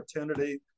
opportunity